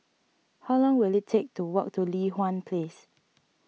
how long will it take to walk to Li Hwan Place